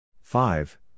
five